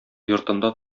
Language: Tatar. йортында